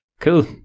cool